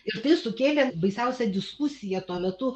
ir tai sukėlė baisiausią diskusiją tuo metu